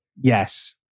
Yes